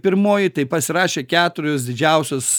pirmoji tai pasirašė keturios didžiausios